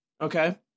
Okay